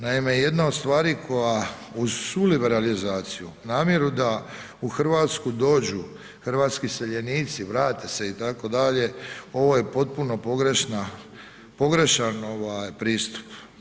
Naime, jedna od stvari koja uz svu liberalizaciju, namjeru da u Hrvatsku dođu hrvatski iseljenici, vrate se itd., ovo je potpuno pogrešan pristup.